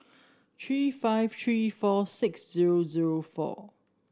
three five three four six zero zero four